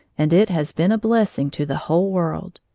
and it has been a blessing to the whole world.